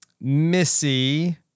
Missy